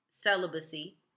celibacy